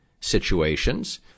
situations